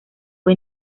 fue